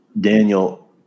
Daniel